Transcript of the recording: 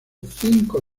cinco